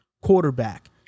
quarterback